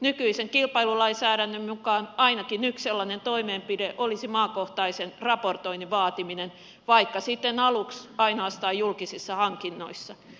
nykyisen kilpailulainsäädännön mukaan ainakin yksi sellainen toimenpide olisi maakohtaisen raportoinnin vaatiminen vaikka sitten aluksi ainoastaan julkisissa hankinnoissa